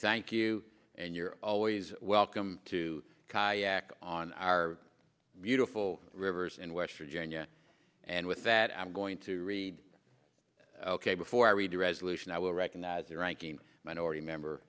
thank you and you're always welcome to kayak on our beautiful rivers in west virginia and with that i'm going to read ok before i read the resolution i will recognize your ranking minority member